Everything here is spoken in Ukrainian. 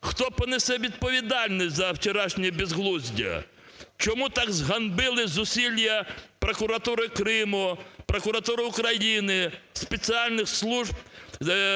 Хто понесе відповідальність за вчорашнє безглуздя? Чому так зганьбили зусилля прокуратури Криму, прокуратури України, спеціальних служб,